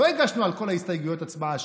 לא הגשנו על כל ההסתייגויות הצבעה שמית.